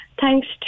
thanks